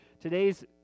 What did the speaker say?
Today's